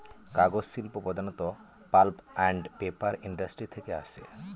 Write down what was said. কাগজ শিল্প প্রধানত পাল্প আন্ড পেপার ইন্ডাস্ট্রি থেকে আসে